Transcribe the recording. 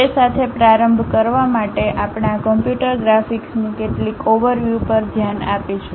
તે સાથે પ્રારંભ કરવા માટે આપણે આ કમ્પ્યુટર ગ્રાફિક્સની કેટલીક ઓવરવ્યુ પર ધ્યાન આપીશું